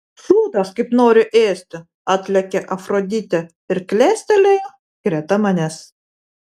šūdas kaip noriu ėsti atlėkė afroditė ir klestelėjo greta manęs